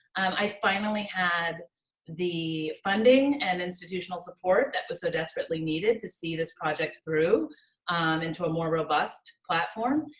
i finally had the funding an institutional support that was so desperately needed to see this project through and into a more robust platform.